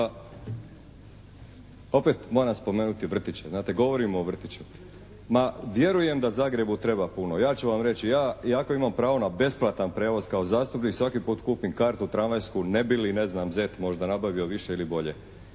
Pa opet moram spomenuti vrtiće. Znate govorimo o vrtiću. Ma vjerujem da Zagrebu treba puno. Ja ću vam reći. Ja iako imam pravo na besplatan prijevoz kao zastupnik svaki put kupim kartu tramvajsku ne bi li, ne znam ZET možda nabavio više ili bolje.